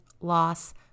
loss